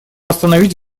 остановить